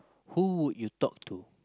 who would you talk to